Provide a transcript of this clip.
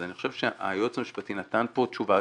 אני חושב שהיועץ המשפטי נתן פה תשובה,